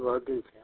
नहीं बहुत दूर से आए